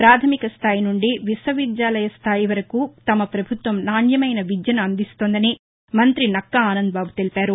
పాధమిక స్థాయి నుండి విశ్వ విద్యాలయ స్థాయి వరకు తమ పభుత్వం నాణ్యమైన విద్యను అందిస్తోందని మంత్రి నక్కా ఆనందబాబు తెలిపారు